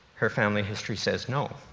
her family history says no.